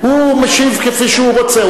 הוא משיב כפי שהוא רוצה.